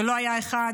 ולא היה אחד,